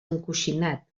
encoixinat